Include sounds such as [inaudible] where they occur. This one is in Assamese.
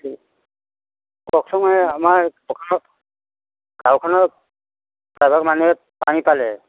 [unintelligible]